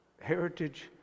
Heritage